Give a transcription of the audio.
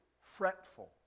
fretful